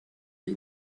die